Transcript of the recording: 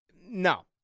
No